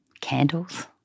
candles